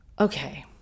Okay